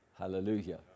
Hallelujah